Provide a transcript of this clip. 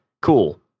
cool